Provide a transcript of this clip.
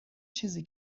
چیزی